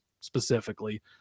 specifically